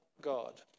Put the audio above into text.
God